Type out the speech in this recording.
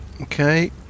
Okay